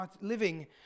living